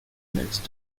next